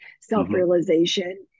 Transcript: self-realization